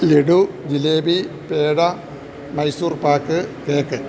laddu jalebi peda Mysore pak cake